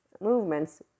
movements